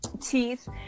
teeth